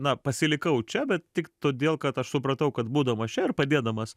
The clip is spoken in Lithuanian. na pasilikau čia bet tik todėl kad aš supratau kad būdamas čia ir padėdamas